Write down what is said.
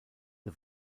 the